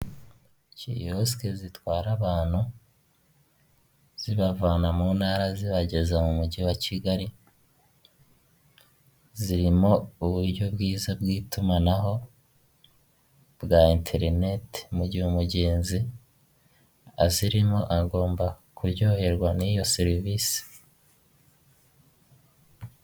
Iyo abayobozi basoje inama bari barimo hari ahantu habugenewe bahurira bakiga ku myanzuro yafashwe ndetse bakanatanga n'umucyo ku bibazo byagiye bigaragazwa ,aho hantu iyo bahageze baraniyakira.